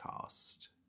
cast